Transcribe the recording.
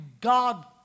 God